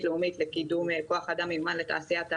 לאומית לקידום כוח אדם מיומן לתעשיית ההייטק,